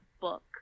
book